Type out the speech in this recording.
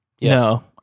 No